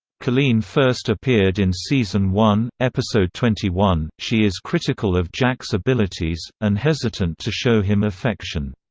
colleen first appeared in season one, episode twenty one she is critical of jack's abilities, and hesitant to show him affection.